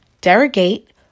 derogate